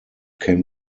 can